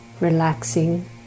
relaxing